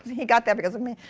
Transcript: he got that because of me.